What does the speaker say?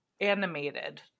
animated